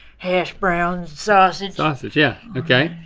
hash browns, sausage. sausage, yeah, okay.